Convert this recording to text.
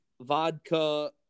vodka